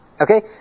Okay